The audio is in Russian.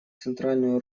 центральную